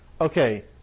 okay